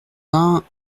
vingts